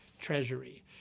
Treasury